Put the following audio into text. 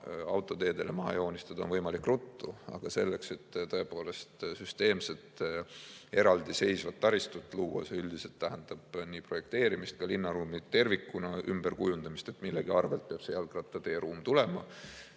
autoteedele maha joonistada on võimalik ruttu, aga see, et tõepoolest süsteemset eraldiseisvat taristut luua, tähendab projekteerimist ja ka linnaruumi tervikuna ümberkujundamist. Millegi arvelt peab see jalgrattateeruum tulema.